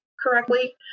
correctly